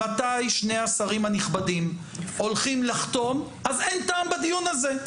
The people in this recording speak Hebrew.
מתי שני השרים הנכבדים הולכים לחתום אז אין טעם בדיון הזה.